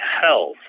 health